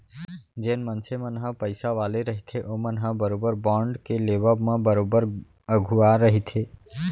जेन मनसे मन ह पइसा वाले रहिथे ओमन ह बरोबर बांड के लेवब म बरोबर अघुवा रहिथे